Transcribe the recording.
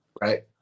right